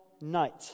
night